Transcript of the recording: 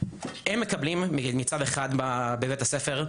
הם מקבלים מצד אחד בבתי הספר,